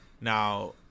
now